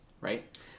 right